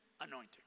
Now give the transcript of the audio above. anointing